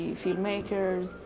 filmmakers